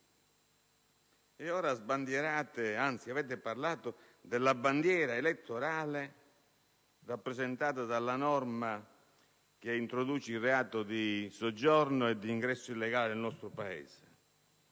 Sono trascorsi mesi. Avete parlato della bandiera elettorale rappresentata dalla norma che introduce il reato di soggiorno e di ingresso illegale nel nostro Paese,